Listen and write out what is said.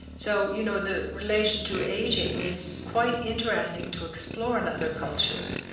so, you know, the relation to aging is quite interesting to explore in other cultures.